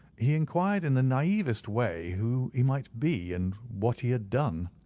he inquired in the naivest way who he might be and what he had done.